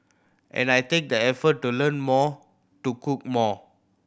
and I take the effort to learn more to cook more